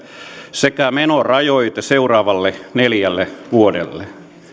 sekä menorajoite seuraavalle neljälle vuodelle